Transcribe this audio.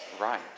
right